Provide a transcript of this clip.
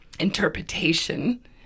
interpretation